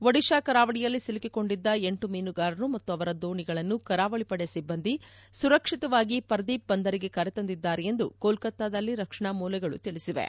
ಓಡಿತಾ ಕರಾವಳಿಯಲ್ಲಿ ಸಿಲುಕಿಕೊಂಡಿದ್ದ ಎಂಟು ಮೀನುಗಾರರು ಮತ್ತು ಅವರ ದೋಣಿಯನ್ನು ಕರಾವಳಿ ಪಡೆಯ ಸಿಬ್ಬಂದಿ ಸುರಕ್ಷಿತವಾಗಿ ಪರದೀಪ್ ಬಂದರಿಗೆ ಕರೆತಂದಿದ್ದಾರೆ ಎಂದು ಕೋಲ್ಕೊತಾದಲ್ಲಿ ರಕ್ಷಣಾ ಮೂಲಗಳು ತಿಳಿಸಿವೆ